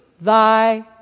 Thy